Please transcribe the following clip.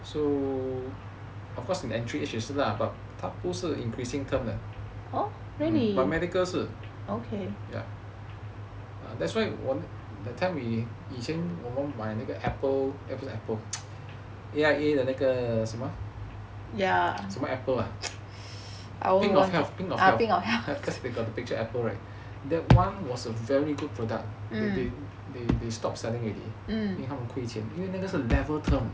so of course age 也是 lah but 不是 increasing term but medical 是 yup that's why that time we 以前我们买那个 apple eh 不是 A_I_A 的那个什么什么 apple ah pink of health ah it's pink of health cause we got the picture apple right that [one] was a very good product they they stopped selling already 因为他们亏钱因为那个是 level term